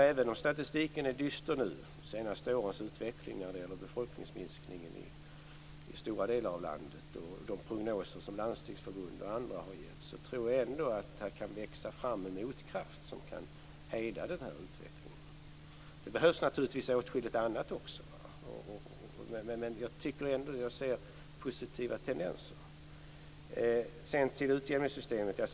Även om statistiken är dyster över de senaste årens utveckling när det gäller befolkningsminskningen i stora delar av landet och de prognoser som landstingsförbund och andra har gjort, tror jag ändå att det kan växa fram en motkraft som kan hejda denna utveckling. Det behövs också naturligtvis åtskilligt annat, men jag tycker mig se positiva tendenser. Sedan går jag över till utjämningssystemet.